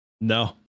No